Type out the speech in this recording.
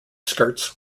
skirts